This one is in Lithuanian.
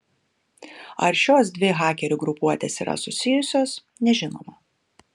ar šios dvi hakerių grupuotės yra susijusios nežinoma